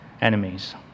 enemies